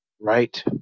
right